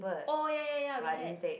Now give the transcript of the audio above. oh ya ya ya we had